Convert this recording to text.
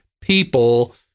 people